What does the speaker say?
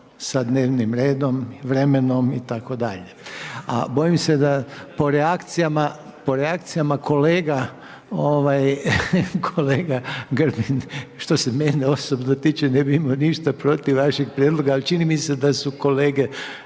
sa dnevnim redom, vremenom itd. a bojim se po reakcijama, kolega Grbin, što se mene osobno tiče, ne bi imao ništa protiv vašeg prijedloga, ali čini mi se da su kolege,